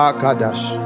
gadash